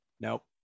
Nope